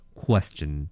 question